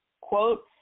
quote